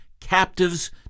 captives